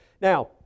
Now